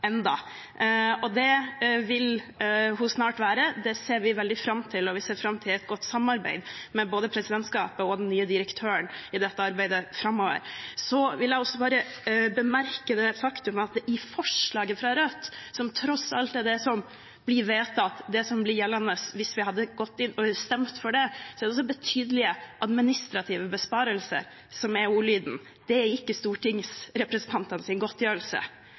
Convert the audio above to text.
det vil hun snart være, og det ser vi fram til. Vi ser fram til et godt samarbeid med både presidentskapet og den nye direktøren i dette arbeidet framover. Jeg vil også bemerke det faktum at i forslaget fra Rødt er det «betydelige administrative besparelser» som er ordlyden, ikke stortingsrepresentantenes godtgjørelse. Vi må ha en diskusjon om det. SV har i mange år fremmet forslag om at denne godtgjørelsen skal vokse mindre raskt og ikke så raskt som den har gjort. Det er